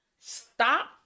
stop